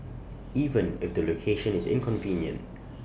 even if the location is inconvenient